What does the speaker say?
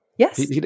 Yes